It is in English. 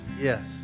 yes